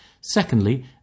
Secondly